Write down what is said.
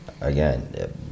again